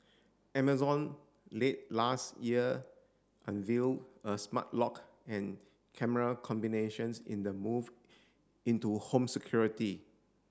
Amazon late last year unveil a smart lock and camera combinations in a move into home security